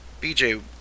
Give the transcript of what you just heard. BJ